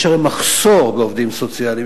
יש לנו מחסור בעובדים סוציאליים,